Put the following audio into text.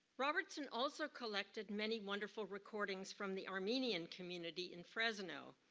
robertson also collected many wonderful recordings from the armenian community in fresno.